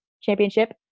championship